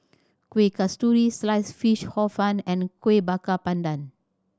Kuih Kasturi slice fish Hor Fun and Kuih Bakar Pandan